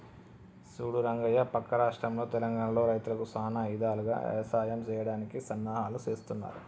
సూడు రంగయ్య పక్క రాష్ట్రంలో తెలంగానలో రైతులకు సానా ఇధాలుగా యవసాయం సెయ్యడానికి సన్నాహాలు సేస్తున్నారు